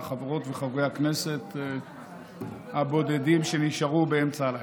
חברות וחברי הכנסת הבודדים שנשארו באמצע הלילה,